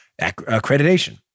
Accreditation